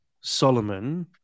Solomon